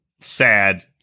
sad